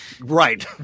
Right